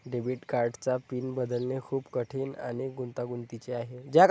debit कार्डचा pin बदलणे खूप कठीण आणि गुंतागुंतीचे आहे